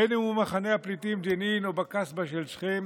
בין שהוא במחנה הפליטים ג'נין ובין שהוא בקסבה של שכם.